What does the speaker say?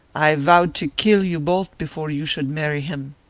i vowed to kill you both before you should marry him.